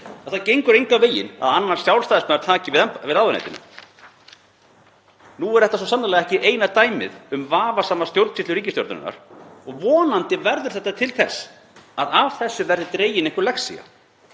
það gengur engan veginn að annar Sjálfstæðismaður taki við ráðuneytinu? Nú er þetta svo sannarlega ekki eina dæmið um vafasama stjórnsýslu ríkisstjórnarinnar og vonandi verður þetta til þess að af þessu verði dregin einhver lexía,